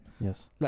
Yes